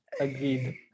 agreed